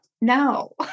no